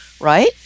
right